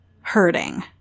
hurting